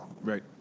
Right